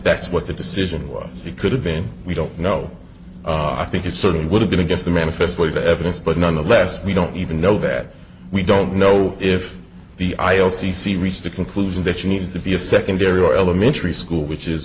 that's what the decision was he could have been we don't know i think it certainly would have been against the manifestly the evidence but nonetheless we don't even know that we don't know if the i o c see reached a conclusion that you need to be a secondary or elementary school which is